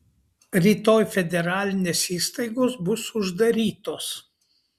rytoj federalinės įstaigos bus uždarytos